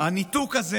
הניתוק הזה